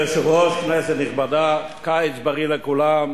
אדוני היושב-ראש, כנסת נכבדה, קיץ בריא לכולם,